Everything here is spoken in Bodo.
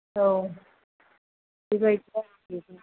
औ बे बायदिनो जाहैयो